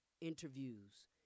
interviews